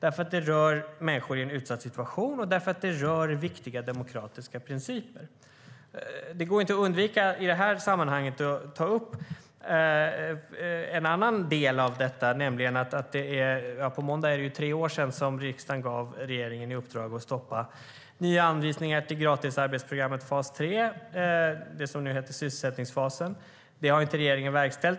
det rör människor i en utsatt situation och det rör viktiga demokratiska principer. Det går inte att undvika att i det här sammanhanget ta upp en annan fråga. På måndag är det tre år sedan som riksdagen gav regeringen i uppdrag att stoppa nya anvisningar till gratisarbetsprogrammet fas 3 - det som nu heter sysselsättningsfasen. Det har inte regeringen verkställt.